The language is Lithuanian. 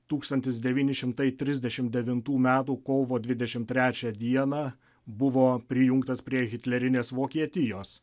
tūkstantis devyni šimtai trisdešim devintų metų kovo dvidešim trečią dieną buvo prijungtas prie hitlerinės vokietijos